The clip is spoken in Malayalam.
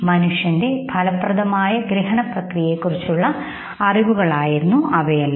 മനുഷ്യന്റെ ഫലപ്രദമായ ഗ്രഹണ പ്രക്രിയകളെക്കുറിച്ചുള്ള അറിവുകളായിരുന്നു ഇവയെല്ലാം